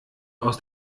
aus